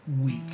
week